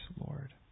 Lord